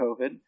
COVID